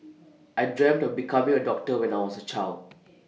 I dreamt of becoming A doctor when I was A child